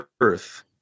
earth